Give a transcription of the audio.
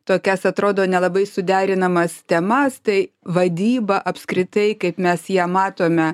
tokias atrodo nelabai suderinamas temas tai vadyba apskritai kaip mes ją matome